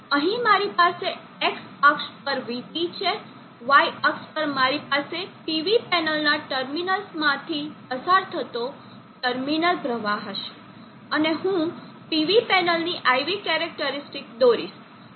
તો અહીં મારી પાસે X અક્ષ પર vT છે Y અક્ષ પર મારી પાસે PV પેનલના ટર્મિનલ્સમાંથી પસાર થતો ટર્મિનલ પ્રવાહ હશે અને હું PV પેનલની આઈવી કેરેકટરીસ્ટીક દોરીશ